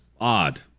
odd